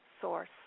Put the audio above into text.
source